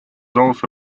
also